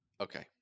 okay